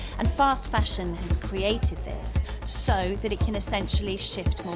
and fast fashion has created this, so that it can essentially shift